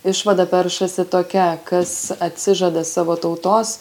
išvada peršasi tokia kas atsižada savo tautos